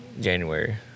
January